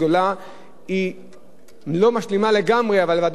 אבל ודאי שהיא נותנת תוספת ערכית מאוד לחוק הזה.